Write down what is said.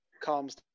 calms